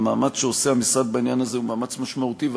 המאמץ שהמשרד עושה בעניין הזה הוא מאמץ משמעותי,